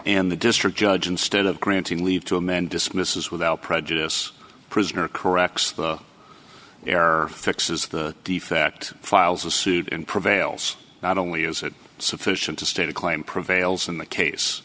and the district judge instead of granting leave to amend dismissals without prejudice prisoner corrects the error fixes the defect files a suit and prevails not only is it sufficient to state a claim prevails in the case